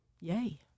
yay